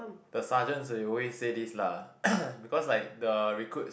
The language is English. the sergeants they always say this lah becuase like the recruits